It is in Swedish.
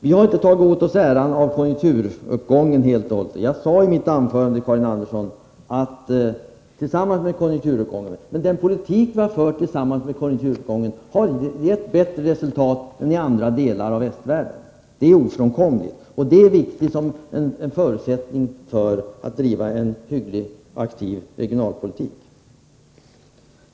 Vi har inte tagit åt oss äran av konjunkturuppgången helt och hållet. Jag sade i mitt anförande, Karin Andersson, att den politik som vi har fört har tillsammans med konjunkturuppgången gett bättre resultat än i andra delar av västvärlden. Det är ofrånkomligt. Det är en viktig förutsättning för att driva en hygglig och aktiv regionalpolitik.